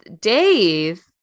Dave